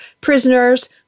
Prisoners